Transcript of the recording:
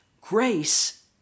Grace